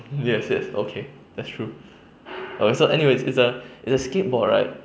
yes yes okay that's true err so anyways it's a it's a skateboard right